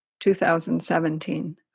2017